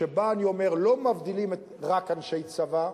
שבה אני אומר שלא מבדילים רק אנשי צבא,